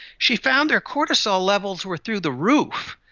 she found their cortisol levels were through the roof,